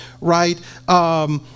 right